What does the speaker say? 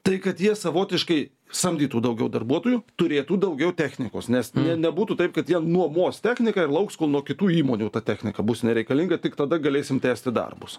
tai kad jie savotiškai samdytų daugiau darbuotojų turėtų daugiau technikos nes na nebūtų taip kad jie nuomos techniką ir lauks kol nuo kitų įmonių ta technika bus nereikalinga tik tada galėsim tęsti darbus